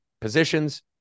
positions